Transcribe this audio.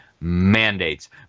mandates